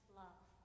love